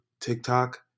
TikTok